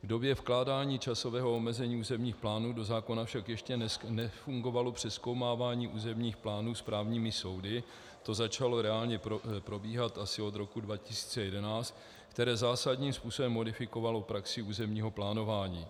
V době vkládání časového omezení územních plánů do zákona však ještě nefungovalo přezkoumávání územních plánů správními soudy to začalo reálně probíhat asi od roku 2011 , které zásadním způsobem modifikovalo praxi územního plánování.